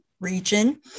region